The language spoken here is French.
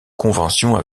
convention